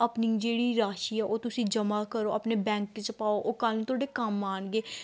ਆਪਣੀ ਜਿਹੜੀ ਰਾਸ਼ੀ ਆ ਉਹ ਤੁਸੀਂ ਜਮ੍ਹਾਂ ਕਰੋ ਆਪਣੇ ਬੈਂਕ 'ਚ ਪਾਓ ਉਹ ਕੱਲ੍ਹ ਨੂੰ ਤੁਹਾਡੇ ਕੰਮ ਆਉਣਗੇ